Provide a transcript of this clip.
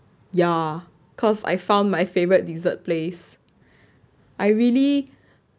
ya cause I found my favourite dessert place I really